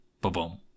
Boom